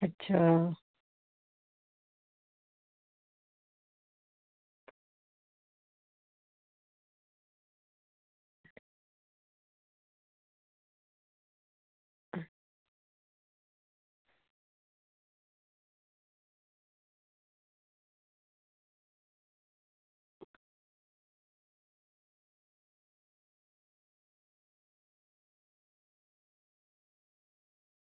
अच्छा